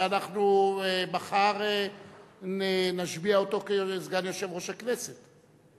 שאנחנו מחר נשביע אותו כסגן יושב-ראש הכנסת.